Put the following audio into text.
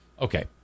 Okay